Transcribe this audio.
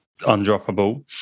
undroppable